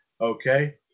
Okay